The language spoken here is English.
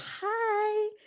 hi